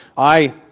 i,